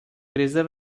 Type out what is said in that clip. krize